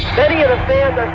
many of the fans